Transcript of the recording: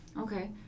okay